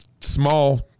small